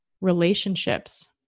relationships